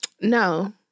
No